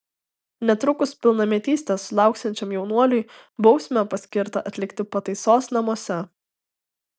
netrukus pilnametystės sulauksiančiam jaunuoliui bausmę paskirta atlikti pataisos namuose